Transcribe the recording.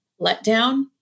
letdown